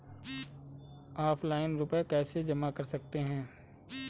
Offline रुपये कैसे जमा कर सकते हैं?